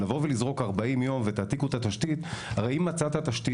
לבוא ולזרוק 40 יום ותעתיקו את התשתית - הרי אם מצאת תשתית